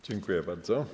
Dziękuję bardzo.